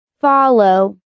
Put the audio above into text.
Follow